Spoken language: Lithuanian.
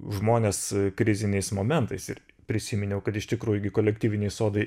žmones kriziniais momentais ir prisiminiau kad iš tikrųjų gi kolektyviniai sodai